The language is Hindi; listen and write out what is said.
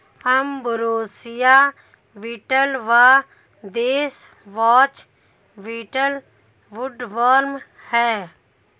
अंब्रोसिया बीटल व देथवॉच बीटल वुडवर्म हैं